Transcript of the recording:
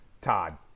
todd